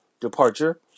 departure